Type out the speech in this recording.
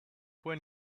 when